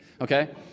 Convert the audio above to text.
okay